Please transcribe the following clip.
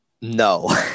No